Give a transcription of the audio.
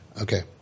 Okay